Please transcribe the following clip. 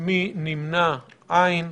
מי נמנע אין.